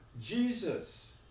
Jesus